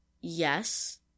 yes